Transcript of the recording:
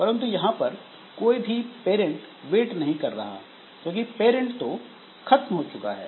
परंतु यहां पर कोई भी पेरेंट वेट नहीं कर रहा है क्योंकि पैरंट तो खत्म हो चुका है